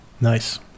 Nice